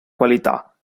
qualità